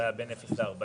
זה היה בין אפס ל-40,